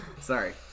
sorry